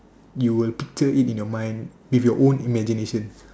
you will picture it in your mind with your own imagination